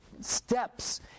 steps